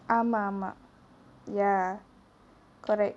ஆமா ஆமா:aama aama ya correct